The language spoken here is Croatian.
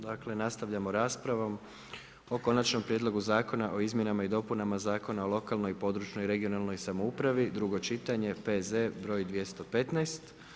Dakle nastavljamo raspravom o Konačnom prijedlogu zakona o izmjenama i dopunama Zakona o lokalnoj i područnoj (regionalnoj) samoupravi, drugo čitanje P.Z. br. 215.